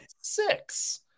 six